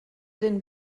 den